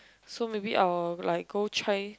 so maybe I will like go try